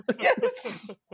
Yes